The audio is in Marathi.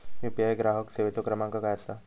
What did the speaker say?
यू.पी.आय ग्राहक सेवेचो क्रमांक काय असा?